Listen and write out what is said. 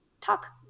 talk